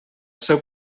seu